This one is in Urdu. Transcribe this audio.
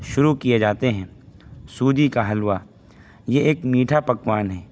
شروع کیے جاتے ہیں سوجی کا حلوہ یہ ایک میٹھا پکوان ہے